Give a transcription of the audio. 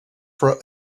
for